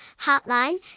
hotline